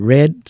Red